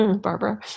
Barbara